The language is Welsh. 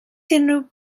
unrhyw